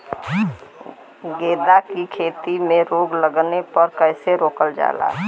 गेंदा की खेती में रोग लगने पर कैसे रोकल जाला?